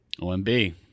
OMB